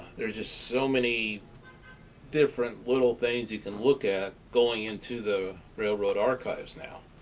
there's just so many different little things you can look at going into the railroad archives now.